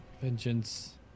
Vengeance